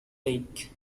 lake